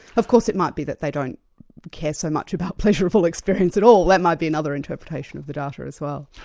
of course it might be that they don't care so much about pleasurable experience at all, that might be another interpretation of the data as well.